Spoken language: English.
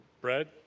bread